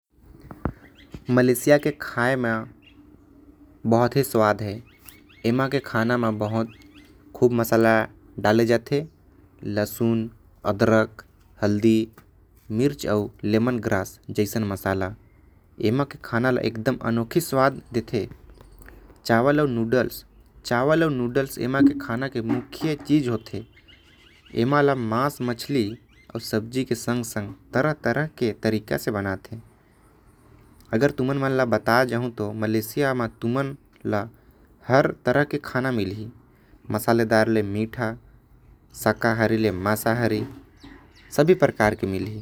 मलेशिया मन के खाना मसालेदार होथे। अउ एमन के खाना बहुते अनोखा स्वाद के होथे। चावल अउ नूडल्स एमन के प्रमुख खाना होथे। मांस अउ मछली एमन बहुते अलग अलग तरीका से बनाथे। मलेशिया म तुमन ल हर तरीका के खाना मिलही। मीठा से तीखा से लेके शाकाहारी अउ मांसाहारी भी मिलथे।